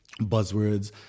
buzzwords